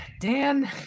dan